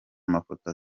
amafoto